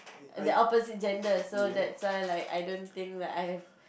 the opposite gender so that's why like I don't think like I have